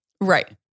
Right